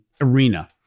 arena